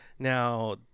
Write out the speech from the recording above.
Now